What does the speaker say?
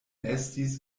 estis